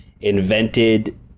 invented